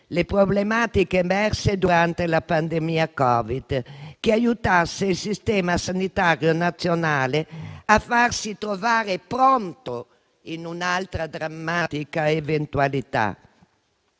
le problematiche emerse durante la pandemia Covid, che aiutasse il sistema sanitario nazionale a farsi trovare pronto in un'altra drammatica eventualità.